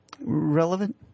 relevant